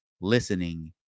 listening